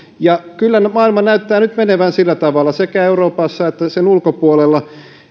kyllä maailma näyttää nyt menevän sillä tavalla sekä euroopassa että sen ulkopuolella